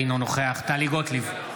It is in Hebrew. אינו נוכח טלי גוטליב,